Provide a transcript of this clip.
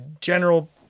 general